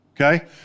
Okay